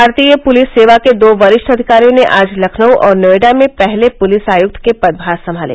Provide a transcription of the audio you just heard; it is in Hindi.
भारतीय पुलिस सेवा के दो वरिष्ठ अधिकारियों ने आज लखनऊ और नोएडा में पहले पुलिस आयुक्त के पदभार संमाले